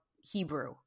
Hebrew